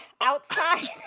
Outside